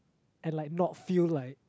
and like not feel like